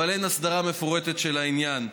אבל אין הסדרה מפורטת של העניין,